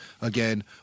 Again